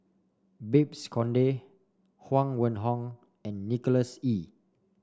Babes Conde Huang Wenhong and Nicholas Ee